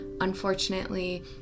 unfortunately